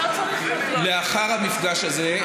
לאחר המפגש הזה,